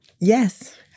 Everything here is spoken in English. Yes